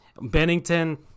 Bennington